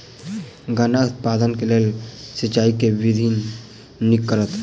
गन्ना उत्पादन केँ लेल सिंचाईक केँ विधि नीक रहत?